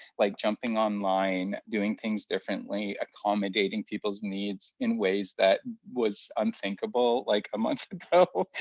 like jumping online, doing things differently, accommodating people's needs in ways that was unthinkable like a month ago.